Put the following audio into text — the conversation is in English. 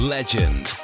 Legend